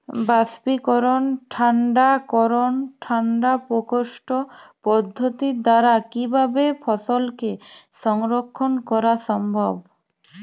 বাষ্পীকরন ঠান্ডা করণ ঠান্ডা প্রকোষ্ঠ পদ্ধতির দ্বারা কিভাবে ফসলকে সংরক্ষণ করা সম্ভব?